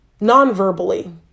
non-verbally